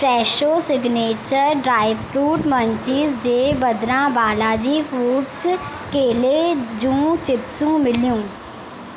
Fresho signature dry fruit munchies जे बदिरां Balaji foods केले जूं चिप्सूं मिलियूं